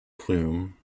plume